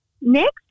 Next